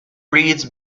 reads